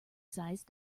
size